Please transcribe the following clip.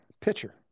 Pitcher